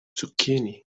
zucchini